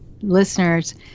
listeners